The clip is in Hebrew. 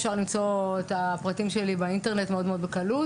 אפשר למצוא את הפרטים שלי באינטרנט בקלות.